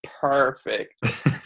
perfect